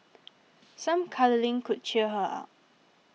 some cuddling could cheer her up